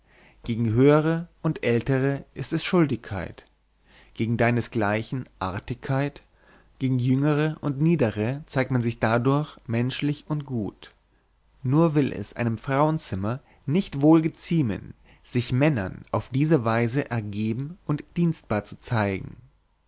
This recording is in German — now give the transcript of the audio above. gegen höhere und ältere ist es schuldigkeit gegen deinesgleichen artigkeit gegen jüngere und niedere zeigt man sich dadurch menschlich und gut nur will es einem frauenzimmer nicht wohl geziemen sich männern auf diese weise ergeben und dienstbar zu bezeigen